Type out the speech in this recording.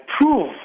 prove